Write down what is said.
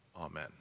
Amen